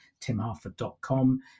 timharford.com